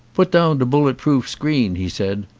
put down de bullet proof screen, he said.